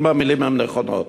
אם המילים הן נכונות.